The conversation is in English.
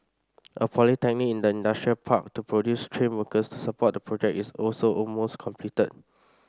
a polytechnic in the industrial park to produce trained workers to support the project is also almost completed